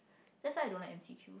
that's why I don't like M_C_Q